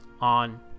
on